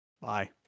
Bye